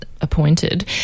appointed